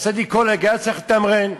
אז טדי קולק היה צריך לתמרן.